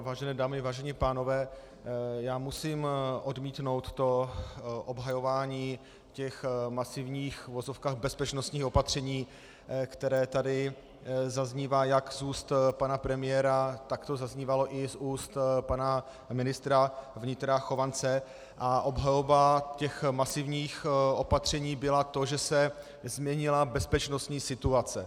Vážené dámy, vážení pánové, musím odmítnout to obhajování masivních v uvozovkách bezpečnostních opatření, které tady zaznívá jak z úst pana premiéra, tak to zaznívalo i z úst pana ministra vnitra Chovance, a obhajoba masivních opatření byla ta, že se změnila bezpečnostní situace.